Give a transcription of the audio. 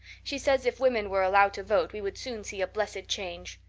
she says if women were allowed to vote we would soon see a blessed change.